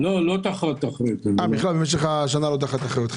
גם את החלטות הממשלה האלה לאורך זמן לצערנו הרב,